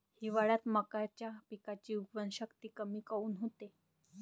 हिवाळ्यात मक्याच्या पिकाची उगवन शक्ती कमी काऊन होते?